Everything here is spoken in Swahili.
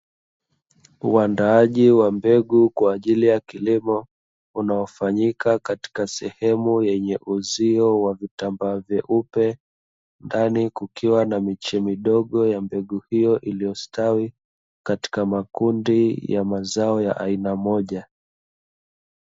Uaandaji wa mbegu kwa ajili ya kilimo unachofanyika katika sehemu ya uzio wa vitambaa vyeupe, ndani kukiwa na miche midogo ya mbegu hiyo iliyostawi katika makundi ya mazao ya aina moja.